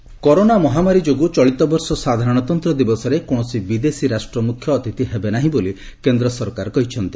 Covid Republic Day corona ମହାମାରୀ ଯୋଗୁଁ ଚଳିତବର୍ଷ ସାଧାରଣତନ୍ତ୍ର ଦିବସରେ କୌଣସି ବିଦେଶ ରାଷ୍ଟ୍ରମୁଖ୍ୟ ଅତିଥି ହେବେ ନାହିଁ ବୋଲି କେନ୍ଦ୍ର ସରକାର କହିଛନ୍ତି